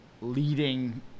leading